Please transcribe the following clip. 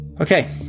Okay